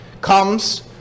comes